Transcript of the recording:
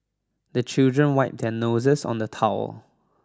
the children wipe their noses on the towel